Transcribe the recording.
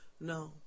No